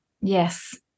Yes